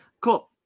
cool